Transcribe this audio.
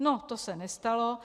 No, to se nestalo.